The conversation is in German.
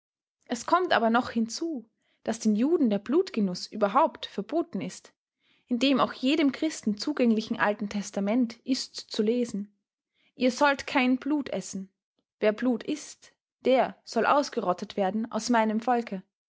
es kommt aber noch hinzu daß den juden der blutgenuß überhaupt verboten ist in dem auch jedem christen zugänglichen alten testament ist zu lesen ihr sollt kein blut essen wer blut ißt der soll ausgerottet werden aus meinem volke